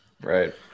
Right